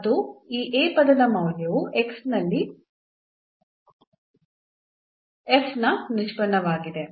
ಮತ್ತು ಈ ಪದದ ಮೌಲ್ಯವು x ನಲ್ಲಿ ನ ನಿಷ್ಪನ್ನವಾಗಿದೆ